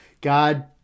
God